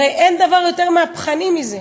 הרי אין דבר יותר מהפכני מזה.